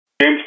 James